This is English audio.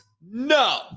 No